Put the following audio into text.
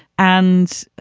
and,